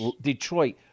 Detroit